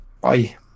Bye